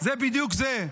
זה בדיוק זה.